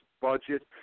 budget